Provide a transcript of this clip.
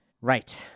Right